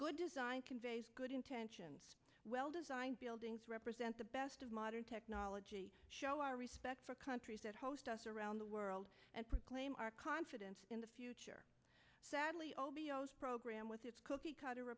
good design conveys good intentions well designed buildings represent the best of modern technology show our respect for countries that host us around the world and claim our confidence in the future sadly o b o program with its cookie cutter